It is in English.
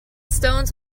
stones